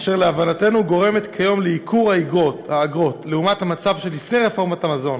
אשר להבנתנו גורמת כיום לייקור האגרות לעומת המצב שלפני רפורמת המזון